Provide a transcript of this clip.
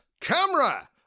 camera